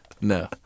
No